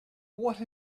what